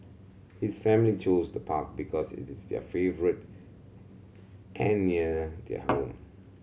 his family chose the park because it is their favourite and near their home